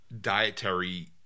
dietary